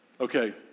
Okay